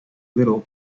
little